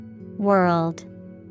World